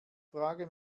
frage